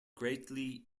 greatly